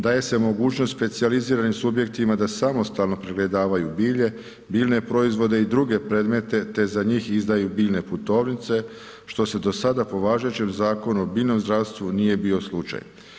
Daje se mogućnost specijaliziranim subjektima da samostalno pregledavaju bilje, biljne proizvode i druge predmete te za njih izdaju biljne putovnice što se do sada po važećem zakonu o biljnom zdravstvu nije bio slučaj.